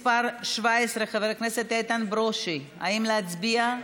איתן ברושי, האם להצביע?